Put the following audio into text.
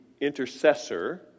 intercessor